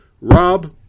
Rob